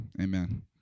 Amen